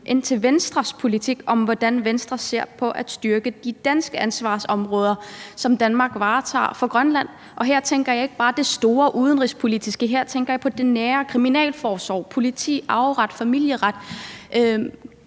ind til Venstres politik: Hvordan ser Venstre på at styrke de danske ansvarsområder, som Danmark varetager for Grønland? Og her tænker jeg ikke bare på de store udenrigspolitiske spørgsmål, her tænker jeg på det nære som kriminalforsorg, politi, arveret, familieret.